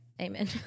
amen